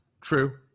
True